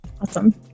Awesome